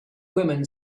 women